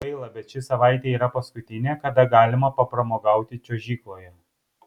gaila bet ši savaitė yra paskutinė kada galima papramogauti čiuožykloje